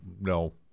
no